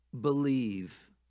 believe